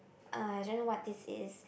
uh I don't know what this is